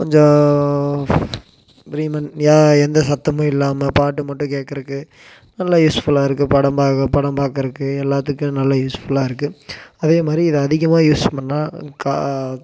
கொஞ்சம் எந்த சத்தமும் இல்லாமல் பாட்டு மட்டும் கேக்கறதுக்கு நல்ல யூஸ்ஃபுல்லாக இருக்குது படம் பார்க்க படம் பாக்கறதுக்கு எல்லோத்துக்கும் நல்ல யூஸ்ஃபுல்லாக இருக்குது அதே மாதிரி இது அதிகமாக யூஸ் பண்ணால்